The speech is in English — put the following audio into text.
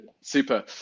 Super